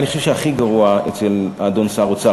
אני חושב שהכי גרוע אצל האדון שר אוצר